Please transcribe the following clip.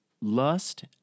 lust